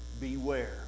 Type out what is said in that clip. beware